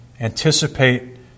anticipate